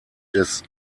des